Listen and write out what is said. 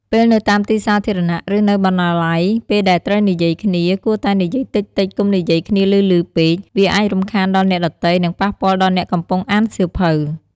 ពេលនៅតាមទីសាធារណៈ ឬ នៅបណ្តាល័យ ពេលដែលត្រូវនិយាយគ្នា គួរតែនិយាយតិចៗ កុំនិយាយគ្នាឮៗពេក វាអាចរំខានដល់អ្នកដទៃ និង ប៉ះពាល់ដល់អ្នកកំពុងអានសៀវភៅ។